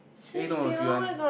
eh no if you want